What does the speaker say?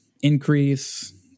increase